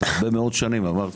הרבה מאוד שנים אמרתי.